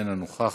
איננה נוכחת,